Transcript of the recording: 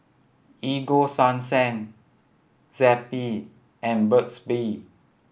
Ego Sunsense Zappy and Burt's Bee